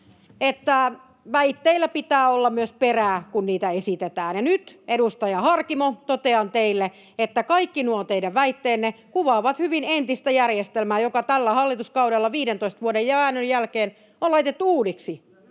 että väitteillä pitää olla myös perää, kun niitä esitetään. Nyt, edustaja Harkimo, totean teille, että kaikki nuo teidän väitteenne kuvaavat hyvin entistä järjestelmää, joka tällä hallituskaudella 15 vuoden väännön jälkeen on laitettu uusiksi.